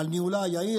לניהולה היעיל,